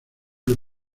del